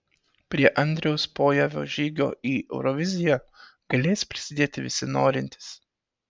prie andriaus pojavio žygio į euroviziją galės prisidėti visi norintys